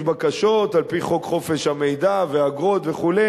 בקשות על-פי חוק חופש המידע ואגרות וכו',